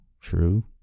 True